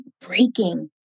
breaking